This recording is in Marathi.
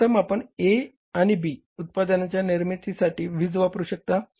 तर प्रथम आपण A आणि B उत्पादनांच्या निर्मितीसाठी वीज वापरू शकता